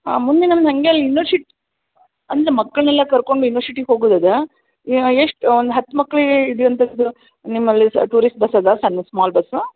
ಹಾಂ ಮುಂದೆ ನಮ್ದು ಹಾಗೆ ಅಲ್ಲಿ ಯೂನಿವರ್ಶಿಟ್ ಅಂದ್ರೆ ಮಕ್ಕಳನ್ನೆಲ್ಲ ಕರ್ಕೊಂಡು ಯೂನಿವರ್ಶಿಟಿಗೆ ಹೋಗೋದ್ ಇದೆ ಎಷ್ಟು ಒಂದು ಹತ್ತು ಮಕ್ಳು ಹಿಡ್ಯೋಂಥದ್ದು ನಿಮ್ಮಲ್ಲಿ ಸರ್ ಟೂರಿಸ್ಟ್ ಬಸ್ ಇದಾವ ಸಣ್ಣ ಸ್ಮಾಲ್ ಬಸ್ಸು